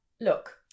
look